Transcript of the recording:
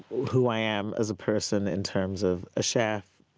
who i am as a person in terms of a chef,